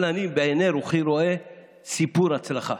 אבל אני בעיני רוחי רואה סיפור הצלחה,